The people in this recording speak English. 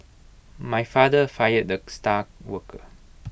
my father fired the star worker